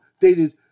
dated